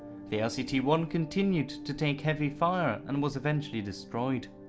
the l c t one continued to take heavy fire and was eventually destroyed.